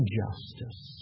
justice